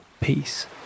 peace